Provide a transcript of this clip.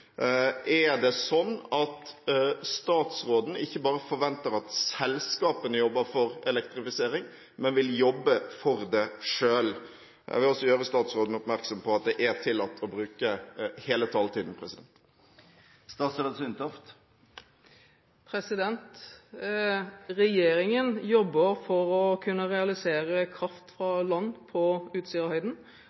Er det slik at statsråden ikke bare forventer at selskapene jobber for elektrifisering, men at de også vil jobbe for det selv? Jeg vil også gjøre statsråden oppmerksom på at det er tillatt å bruke hele taletiden. Regjeringen jobber for å kunne realisere kraft fra land på